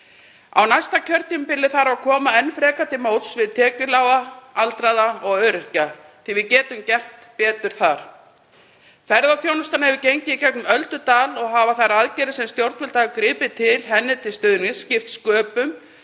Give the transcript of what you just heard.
Á næsta kjörtímabili þarf að koma enn frekar til móts við tekjulága, aldraða og öryrkja því að við getum gert betur þar. Ferðaþjónustan hefur gengið í gegnum öldudal og hafa þær aðgerðir sem stjórnvöld hafa gripið til henni til stuðnings skipt sköpum